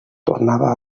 tornava